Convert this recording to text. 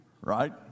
Right